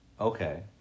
Okay